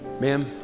ma'am